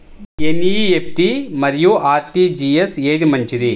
NEFT మరియు RTGS ఏది మంచిది?